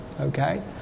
Okay